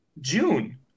June